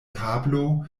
tablo